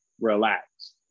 Relax